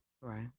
Right